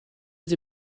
sie